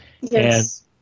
Yes